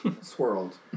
Swirled